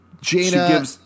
Jaina